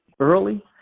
early